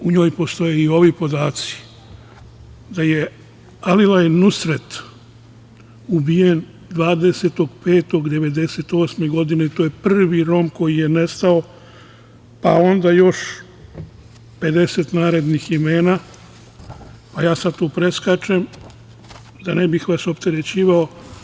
U njoj postoje i ovi podaci, da je Alilaj Nusret ubijen 20.5.1998. godine, to je prvi Rom koji je nestao, pa onda još 50 narednih imena, a ja sad tu preskačem, da vas ne bih opterećivao.